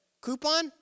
coupon